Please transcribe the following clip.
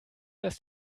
das